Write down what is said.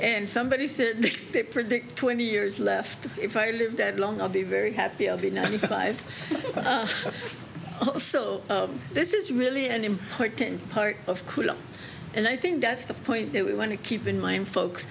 and somebody said they predict twenty years left if i live that long i'll be very happy i'll be ninety five so this is really an important part of couldn't and i think that's the point that we want to keep in mind folks